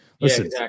Listen